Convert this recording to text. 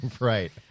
Right